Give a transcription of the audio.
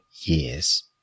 years